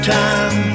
time